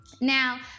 Now